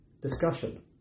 discussion